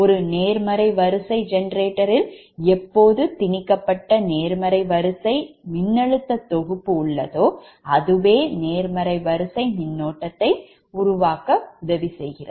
ஒரு நேர்மறை வரிசை generatorல் எப்பொழுது திணிக்கப்பட்ட நேர்மறை வரிசை மின்னழுத்த தொகுப்பு உள்ளதோ அதுவேநேர்மறை வரிசை மின்னோட்டத்தை உருவாக்குகிறது